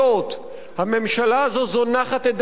הממשלה הזו זונחת את דרך השלום.